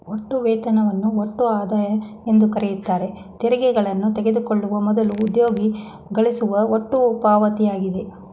ಒಟ್ಟು ವೇತನವನ್ನು ಒಟ್ಟು ಆದಾಯ ಎಂದುಕರೆಯುತ್ತಾರೆ ತೆರಿಗೆಗಳನ್ನು ತೆಗೆದುಕೊಳ್ಳುವ ಮೊದಲು ಉದ್ಯೋಗಿ ಗಳಿಸುವ ಒಟ್ಟು ಪಾವತಿಯಾಗಿದೆ